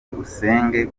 usenge